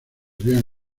habían